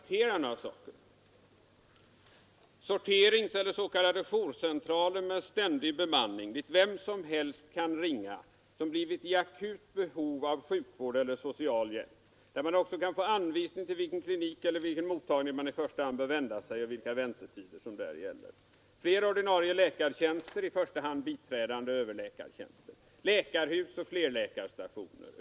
Låt mig citera ur den: ”Sorteringscentraler med ständig bemanning, dit vem som helst kan ringa som blivit i akut behov av sjukvård eller social hjälp men där man också kan få anvisning till vilken klinik eller vilken mottagning man i första hand bör vända sig och vilka väntetider som där gäller. Fler ordinarie läkartjänster, i första hand biträdande överläkartjänster ———. Läkarhus och flerläkarstationer ———.